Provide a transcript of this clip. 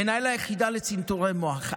מנהל היחידה לצנתורי מוח.